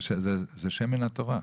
זה שם מן התורה.